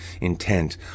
intent